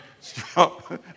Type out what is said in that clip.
Strong